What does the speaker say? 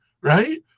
right